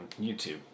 YouTube